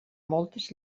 moltes